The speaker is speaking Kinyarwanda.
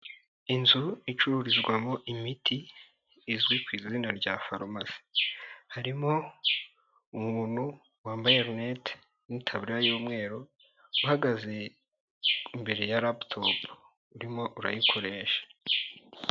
Inzu icururizwamo imiti izwi ku izina rya farumasi, harimo umuntu wambaye linete n'itaburiya y'umweru, uhagaze imbere ya laputopu urimo urayikoresha.